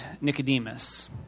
Nicodemus